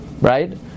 Right